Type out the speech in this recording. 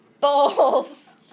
Balls